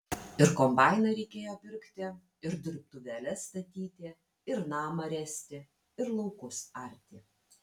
ir kombainą reikėjo pirkti ir dirbtuvėles statyti ir namą ręsti ir laukus arti